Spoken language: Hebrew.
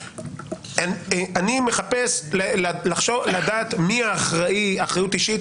אני מחפש לדעת מי האחראי אחריות אישית,